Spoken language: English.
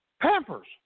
pampers